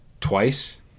twice